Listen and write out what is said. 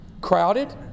Crowded